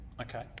Okay